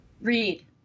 Read